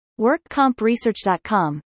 WorkCompResearch.com